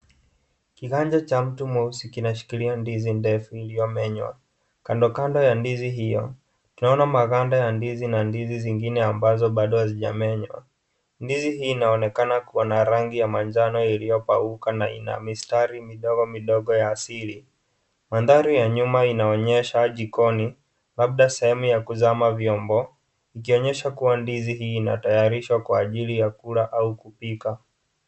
Kiganja cha mtu mweusi kinashikilia ndizi ndefu iliyomenywa. Kando kando ya ndizi hiyo, tunaona maganda ya ndizi na ndizi zingine ambazo bado hazijamenywa. Ndizi hii inaonekana kuwa na rangi ya manjano iliyopauka na ina mistari midogo midogo ya asili. Mandhari ya nyuma inaonyesha jikoni, labda sehemu ya kuzama vyombo, ikionyesha kuwa ndizi hii inatayarishwa kwa ajili ya kula au kupika.